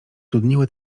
dudniły